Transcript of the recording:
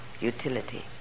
utility